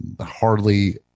Hardly